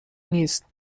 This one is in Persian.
نیست